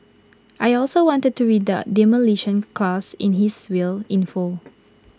I also wanted to read out Demolition Clause in his will in full